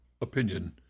opinion